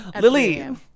lily